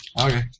Okay